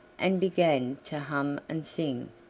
and began to hum and sing.